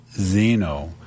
Zeno